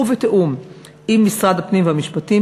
ובתיאום עם משרד הפנים ומשרד המשפטים,